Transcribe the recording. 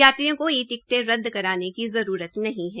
यात्रियों को ई टिक्टें रद्द कराने की जरूरत नहीं है